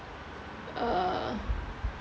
uh